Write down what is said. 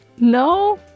No